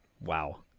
Wow